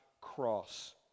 cross